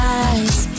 eyes